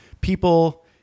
people